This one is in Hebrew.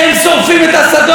הם שורפים את השדות?